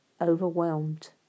overwhelmed